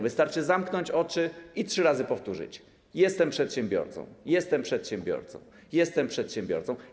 Wystarczy zamknąć oczy i trzy razy powtórzyć: Jestem przedsiębiorcą, jestem przedsiębiorcą, jestem przedsiębiorcą.